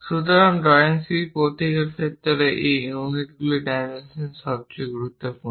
সুতরাং drawing sheet প্রতীকের ক্ষেত্রে এই ইউনিটগুলির ডাইমেনশন সবচেয়ে গুরুত্বপূর্ণ